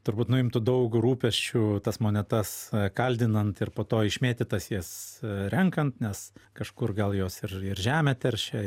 turbūt nuimtų daug rūpesčių tas monetas kaldinant ir po to išmėtytas jas renkant nes kažkur gal jos ir ir žemę teršia